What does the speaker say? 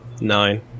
Nine